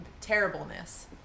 terribleness